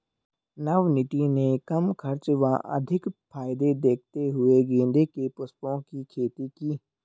नवनीत ने कम खर्च व अधिक फायदे देखते हुए गेंदे के पुष्पों की खेती की